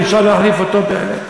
אפשר להחליף אותו באמת.